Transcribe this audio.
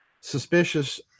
suspicious